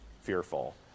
fearful